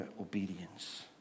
obedience